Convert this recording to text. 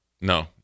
No